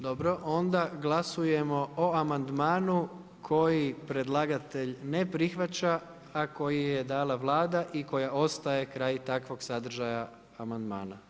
Dobro, onda glasujemo o amandmanu koji predlagatelj ne prihvaća, a koji je dala Vlada i koja ostaje kraj takvog sadržaja amandmana.